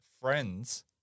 Friends